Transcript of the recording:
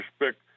respect